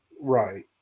Right